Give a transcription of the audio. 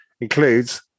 Includes